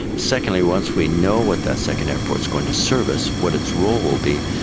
secondly, once we know what that second airport is going to service, what its role will be,